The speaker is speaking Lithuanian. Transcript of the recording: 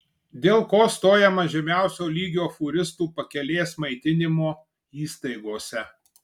dėl ko stojama žemiausio lygio fūristų pakelės maitinimo įstaigose